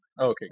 Okay